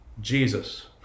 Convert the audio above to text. Jesus